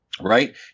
right